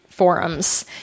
forums